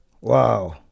Wow